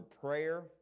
PRAYER